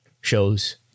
shows